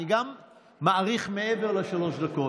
אני מאריך מעבר לשלוש הדקות,